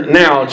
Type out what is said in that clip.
now